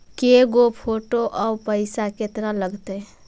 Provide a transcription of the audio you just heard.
के गो फोटो औ पैसा केतना लगतै?